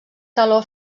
teló